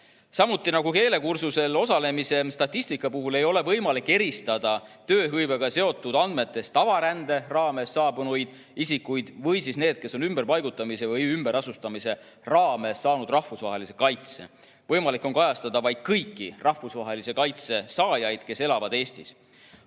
Samuti nagu keelekursusel osalemise statistika puhul ei ole võimalik eristada tööhõivega seotud andmetest tavarände raames saabunud isikuid ja neid, kes on ümberpaigutamise või ümberasustamise raames saanud rahvusvahelise kaitse. Võimalik on kajastada vaid kõiki rahvusvahelise kaitse saajaid, kes elavad Eestis.